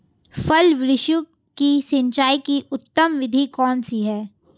फल वृक्षों की सिंचाई की उत्तम विधि कौन सी है?